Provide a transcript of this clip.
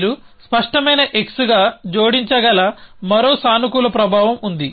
మీరు స్పష్టమైన x గా జోడించగల మరో సానుకూల ప్రభావం ఉంది